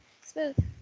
smooth